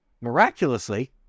Miraculously